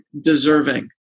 deserving